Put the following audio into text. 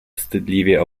wstydliwie